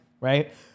right